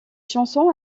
chanson